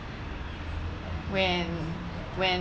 when when